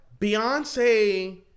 Beyonce